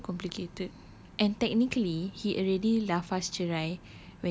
ya so complicated and technically he already lafaz cerai